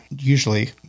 usually